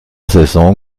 saison